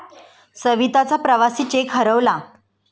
सविताचा प्रवासी चेक हरवला